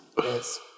Yes